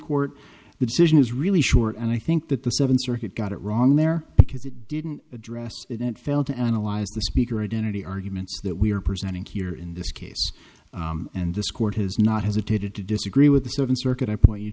the decision is really short and i think that the seven circuit got it wrong there because it didn't address it it failed to analyze the speaker identity arguments that we are presenting here in this case and this court has not hesitated to disagree with the seventh circuit i point you